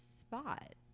spot